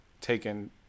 taken